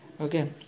Okay